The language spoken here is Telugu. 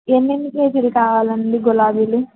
ఎన్నెన్ని కేజీలు కావాలండి గులాబీలు